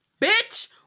Bitch